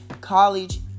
college